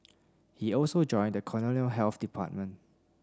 he also joined the colonial health department